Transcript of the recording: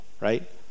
right